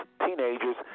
teenagers